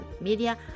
media